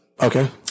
Okay